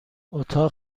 اتاق